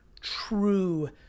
true